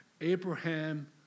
Abraham